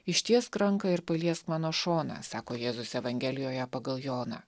ištiesk ranką ir paliesk mano šoną sako jėzus evangelijoje pagal joną